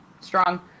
strong